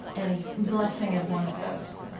and blessing is one of those.